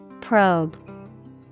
Probe